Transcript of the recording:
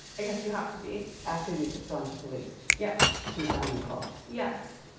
i guess you have to be. after you'd gone to police? yes. she finally called. yes.